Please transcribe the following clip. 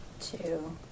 two